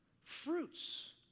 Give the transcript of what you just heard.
fruits